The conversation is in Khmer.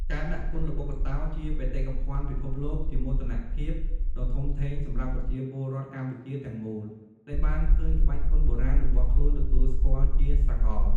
ការដាក់គុនល្បុក្កតោជាបេតិកភណ្ឌពិភពលោក ជាមោទនភាពដ៏ធំធេងសម្រាប់ប្រជាពលរដ្ឋកម្ពុជាទាំងមូល ដែលបានឃើញក្បាច់គុនបុរាណរបស់ខ្លួនទទួលស្គាល់ជាសាកល។